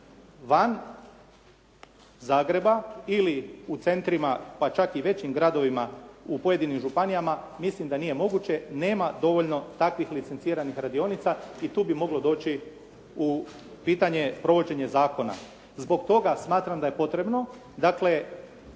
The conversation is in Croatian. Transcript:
van Zagreba ili u centrima, pa čak i većim gradovima u pojedinim županijama, mislim da nije moguće, nema dovoljno takvih licenciranih radionica i tu bi moglo doći u pitanje provođenje zakona. Zbog toga smatram da je potrebno, dakle